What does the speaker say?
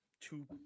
two